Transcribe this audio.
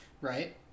Right